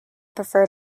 prefer